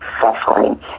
suffering